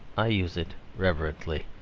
i use it reverently.